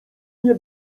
nie